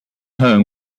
home